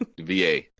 VA